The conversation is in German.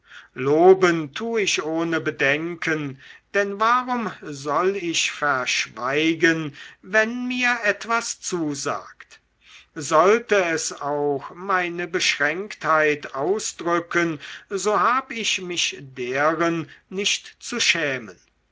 loben tu ich ohne bedenken denn warum soll ich verschweigen wenn mir etwas zusagt sollte es auch meine beschränktheit ausdrücken so hab ich mich deren nicht zu schämen